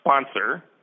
sponsor